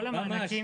כל המענקים